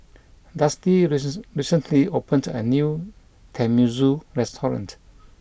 Dusty resist recently opened a new Tenmusu restaurant